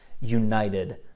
united